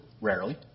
rarely